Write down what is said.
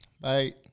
Bye